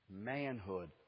manhood